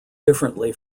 differently